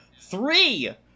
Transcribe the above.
three